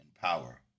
power